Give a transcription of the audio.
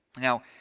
Now